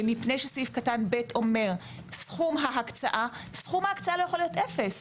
ומפני שסעיף קטן (ב) אומר שסכום ההקצאה לא יכול להיות אפס,